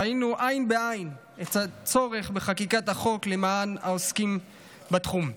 ראינו עין בעין את הצורך בחקיקת החוק למען העוסקים בתחום.